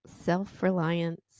Self-reliance